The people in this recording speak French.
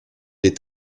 est